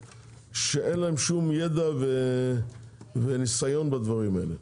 שאין להם שום ידע וניסיון בדברים האלה.